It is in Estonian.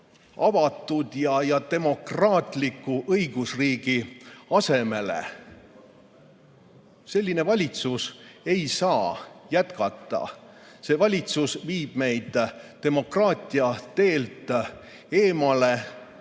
avatud ja demokraatliku õigusriigi asemel. Selline valitsus ei saa jätkata. See valitsus viib meid demokraatia teelt eemale.